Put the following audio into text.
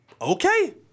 okay